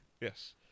Yes